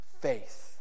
faith